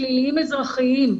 פליליים-אזרחיים.